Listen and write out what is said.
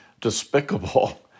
despicable